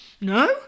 No